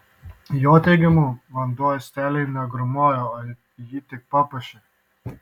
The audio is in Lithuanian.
jo teigimu vanduo uosteliui negrūmoja o jį tik papuošia